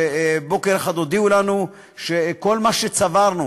שבוקר אחד הודיעו לנו שכל מה שצברנו,